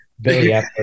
Billy